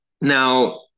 Now